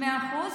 מאה אחוז.